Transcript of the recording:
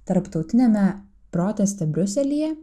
tarptautiniame proteste briuselyje